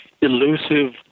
elusive